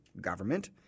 government